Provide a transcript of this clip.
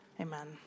amen